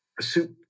soup